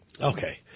Okay